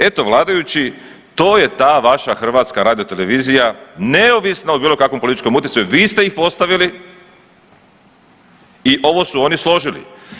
Eto, vladajući to je ta vaša HRT neovisna o bilo kakvom političkom utjecaju, vi ste ih postavili i ovo su oni složili.